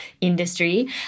industry